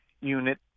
unit